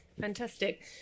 Fantastic